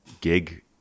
gig